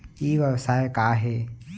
ई व्यवसाय का हे?